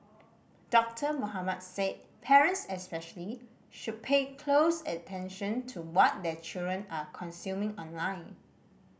Doctor Mohamed said parents especially should pay close attention to what their children are consuming online